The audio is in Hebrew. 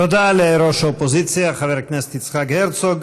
תודה לראש האופוזיציה, חבר הכנסת יצחק הרצוג.